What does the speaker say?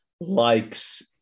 likes